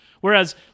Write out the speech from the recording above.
Whereas